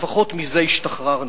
לפחות מזה השתחררנו.